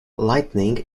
lightning